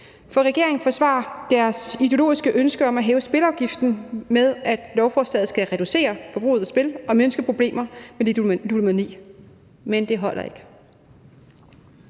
For regeringen forsvarer sit ideologiske ønske om at hæve spilleafgiften med, at lovforslaget skal reducere forbruget af spil og mindske problemer med ludomani. Men det holder ikke,